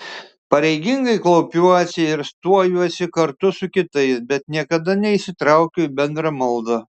pareigingai klaupiuosi ir stojuosi kartu su kitais bet niekada neįsitraukiu į bendrą maldą